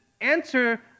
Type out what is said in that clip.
answer